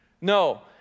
No